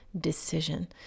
decision